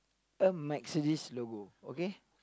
a Mercedes logo okay